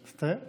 מצטער.